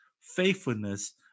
faithfulness